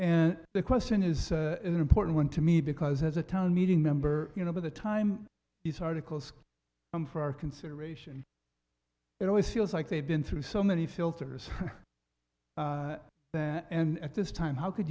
and the question is an important one to me because as a town meeting member you know by the time these articles i'm for consideration it always feels like they've been through so many filters and at this time how could